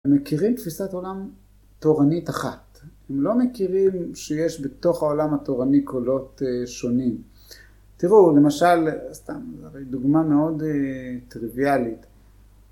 הם מכירים תפיסת עולם תורנית אחת, הם לא מכירים שיש בתוך העולם התורני קולות שונים. תראו למשל, סתם דוגמה מאוד טריוויאלית.